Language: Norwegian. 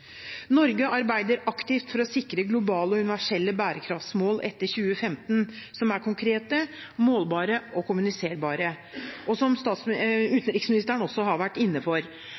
Norge arbeider aktivt for å sikre globale og universelle bærekraftmål etter 2015, som er konkrete, målbare og kommuniserbare, som utenriksministeren også har vært inne på. Jeg er glad for